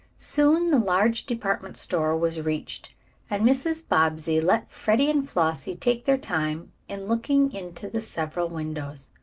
soon the large department store was reached and mrs. bobbsey let freddie and flossie take their time in looking into the several windows.